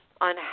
on